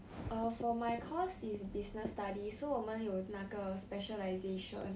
err for my course is business study so 我们有那个 specialisation